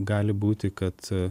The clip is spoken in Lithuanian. gali būti kad